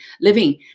living